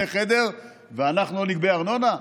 ואנחנו לא נגבה ארנונה?